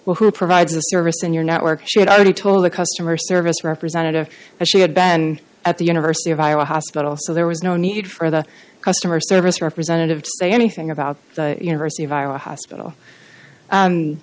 well who provides a service in your network she had already told the customer service representative that she had been at the university of iowa hospital so there was no need for the customer service representative to say anything about university of iowa hospital